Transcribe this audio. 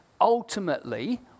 Ultimately